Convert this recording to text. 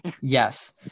Yes